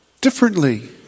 differently